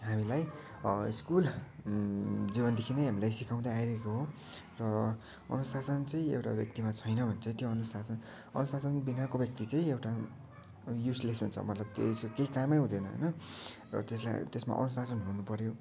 हामीलाई स्कुल जीवनदेखि नै हामलाई सिकउँदै आइरहेको हो र अनुशासन चाहिँ एउटा व्याक्तिमा छैन भने चाहिँ त्यो अनुशासन अनुशासन बिनाको व्याक्ति चाहिँ एउटा युजलेस हुन्छ मतलब त्यसको केही काम नै हुँदैन होइन र त्यसलाई त्यसमा अनुशासन हुन पऱ्यो